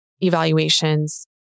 evaluations